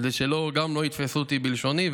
כדי שגם לא יתפסו אותי בלשוני,